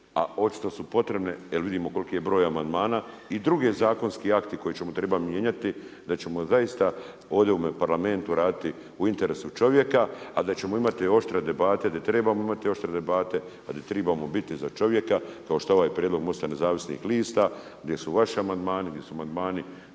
a očito su potrebne jer vidimo koliki je broj amandmana i drugi zakonski akti koje ćemo trebati mijenjati, da ćemo zaista ovdje u Parlamentu raditi u interesu čovjeka, a da ćemo imati oštre debate, da trebamo imati oštre debate, da tribamo biti za čovjeka kao što je ovaj prijedlog MOST-a nezavisnih lista gdje su vaši amandmani, gdje su amandmani